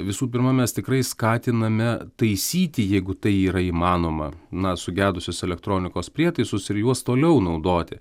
visų pirma mes tikrai skatiname taisyti jeigu tai yra įmanoma na sugedusius elektronikos prietaisus ir juos toliau naudoti